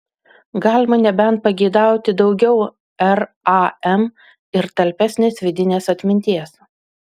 galima nebent pageidauti daugiau ram ir talpesnės vidinės atminties